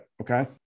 Okay